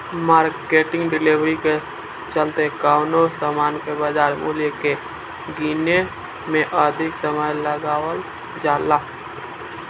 marketing liquidity के चलते कवनो सामान के बाजार मूल्य के गीने में अधिक समय लगावल जाला